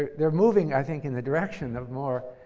they're moving i think in the direction of more